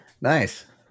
Nice